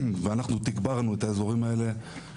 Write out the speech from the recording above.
אנחנו תגברנו את האזורים האלה,